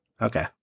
Okay